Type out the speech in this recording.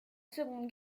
seconde